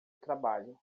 trabalho